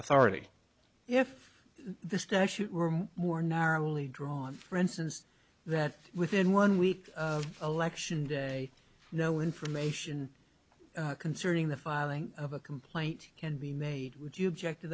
authority if the statute more narrowly drawn for instance that within one week election day no information concerning the filing of a complaint can be made would you object to